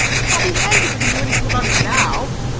i'll be hanged if i can do anything about it now.